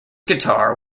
guitar